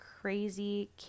crazy